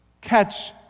catch